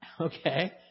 Okay